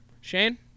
Shane